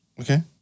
okay